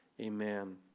amen